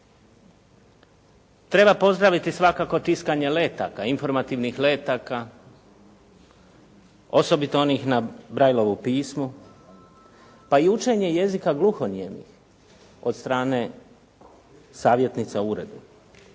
Treba pozdraviti svakako tiskanje letaka, informativnih letaka, osobito onih na Brailleovu pismu, pa i učenje jezika gluhonijemih od strane savjetnica u uredu.